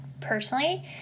personally